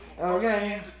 Okay